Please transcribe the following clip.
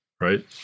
right